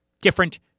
different